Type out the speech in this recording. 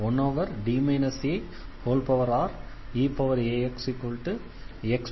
1D areaxxrr